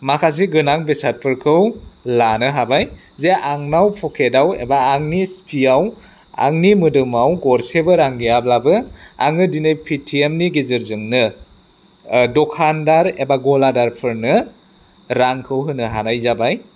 माखासे गोनां बेसादफोरखौ लानो हाबाय जे आंनाव पकेटाव एबा आंनि सिफियाव आंनि मोदोमाव गरसेबो रां गैयाब्लाबो आङो दिनै पेटिएमनि गेजेरजोंनो दखानदार एबा गलादारफोरनो रांखौ होनो हानाय जाबाय